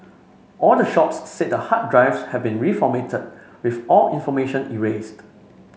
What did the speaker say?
all the shops said the hard drives had been reformatted with all information erased